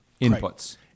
inputs